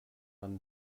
man